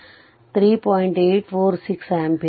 846 ampere